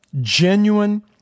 genuine